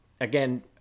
again